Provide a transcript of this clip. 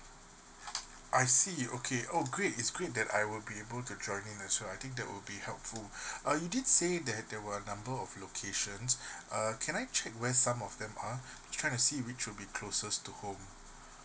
I see okay or great it's great that I will be able to join in as well I think that will be helpful uh you did say that there were a number of locations err can I check where some of them are try to see which will be closest to home